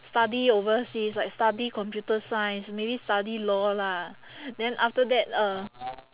study overseas like study computer science maybe study study law lah then after that uh